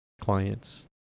clients